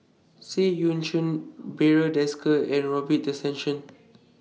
Seah EU Chin Barry Desker and Robin Tessensohn